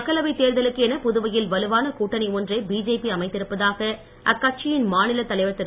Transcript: மக்களவைத் தேர்தலுக்கென புதுவையில் வலுவான கூட்டணி ஒன்றை பிஜேபி அமைத்திருப்பதாக அக்கட்சியின் மாநிலத் தலைவர் திரு